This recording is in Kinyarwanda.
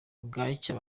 bwacya